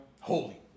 holy